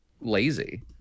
lazy